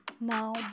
Now